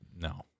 no